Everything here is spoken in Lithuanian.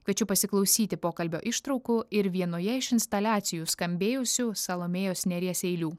kviečiu pasiklausyti pokalbio ištraukų ir vienoje iš instaliacijų skambėjusių salomėjos nėries eilių